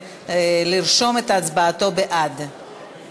(תיקון, מענק לעצמאי בעד הכנסה מפוקחת),